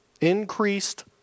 Increased